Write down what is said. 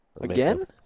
Again